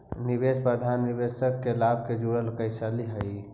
निवेश प्रबंधन निवेशक के लाभ से जुड़ल कार्यशैली हइ